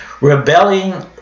rebelling